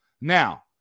Now